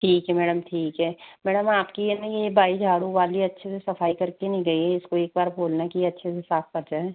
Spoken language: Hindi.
ठीक है मैडम ठीक है मैडम आपकी ये है न ये बाई झाड़ू वाली अच्छे से सफ़ाई करके नहीं गई हैं इसको एक बार बोलना कि ये अच्छे से साफ़ कर जाएं